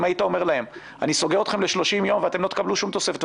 אם היית אומר להם: אני סוגר אתכם ל-30 יום ואתם לא תקבלו שום תוספת,